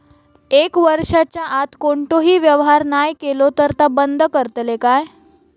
एक वर्षाच्या आत कोणतोही व्यवहार नाय केलो तर ता बंद करतले काय?